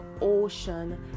ocean